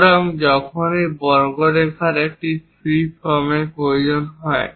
সুতরাং যখনই বক্ররেখার একটি ফ্রি ফর্মের প্রয়োজন হয়